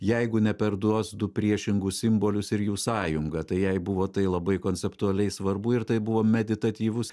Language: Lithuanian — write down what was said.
jeigu neperduos du priešingus simbolius ir jų sąjunga tai jai buvo tai labai konceptualiai svarbu ir tai buvo meditatyvus